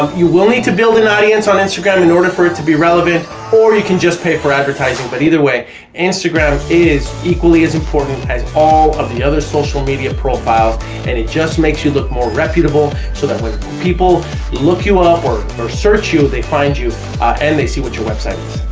um you will need to build an audience on instagram in order for it to be relevant or you can just pay for advertising but either way instagram is equally as important all of the other social media profiles and it just makes you look more reputable so that when people look you up or or search you they find you and they see what your website is,